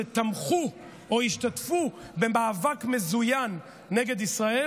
שתמכו או השתתפו במאבק מזוין נגד ישראל,